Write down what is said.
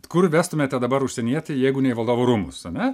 kur vestumėte dabar užsienietį jeigu ne į valdovų rūmus ane